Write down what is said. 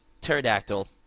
pterodactyl